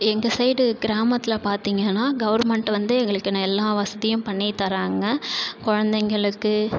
எங்கள் சைடு கிராமத்தில் பார்த்திங்கன்னா கவர்மெண்ட் வந்து எங்களுக்குன்னு எல்லா வசதியும் பண்ணி தராங்க குழந்தைங்களுக்கு